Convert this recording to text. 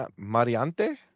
Mariante